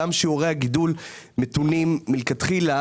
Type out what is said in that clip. גם שיעורי גידול מתונים מלכתחילה,